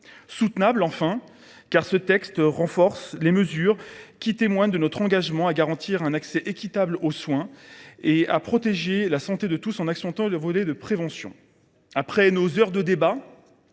Soutenable, car ce texte renforce les mesures qui témoignent de notre engagement à garantir un accès équitable aux soins et à protéger la santé de tous, en mettant l’accent sur le volet de la prévention. Après des heures de débat,